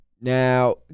Now